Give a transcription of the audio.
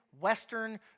Western